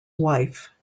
wife